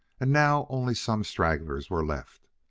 and now only some stragglers were left.